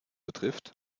betrifft